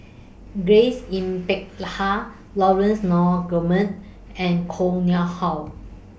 Grace Yin Peck Ha Laurence Nunns Guillemard and Koh Nguang How